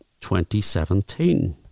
2017